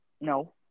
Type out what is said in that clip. No